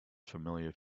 familiar